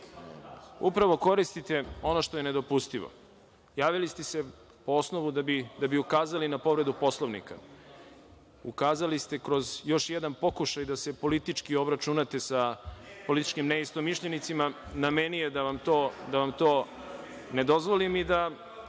Upravo koristite ono što je nedopustivo. Javili ste se po osnovu da bi ukazali na povredu Poslovnika, ukazali ste kroz još jedan pokušaj da se politički obračunate sa političkim neistomišljenicima. Na meni je da vam to ne dozvolim i da